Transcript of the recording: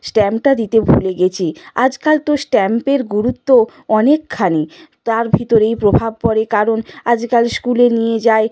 স্ট্যাম্পটা দিতে ভুলে গিয়েছি আজকাল তো স্ট্যাম্পের গুরুত্ব অনেকখানি তার ভিতরেই প্রভাব পড়ে কারণ আজকাল স্কুলে নিয়ে যাই